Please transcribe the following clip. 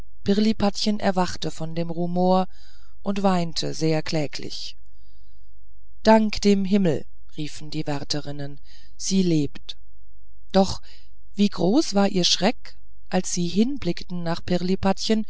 pirlipatchen erwachte von dem rumor und weinte sehr kläglich dank dem himmel riefen die wärterinnen sie lebt doch wie groß war ihr schrecken als sie hinblickten nach